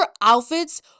outfits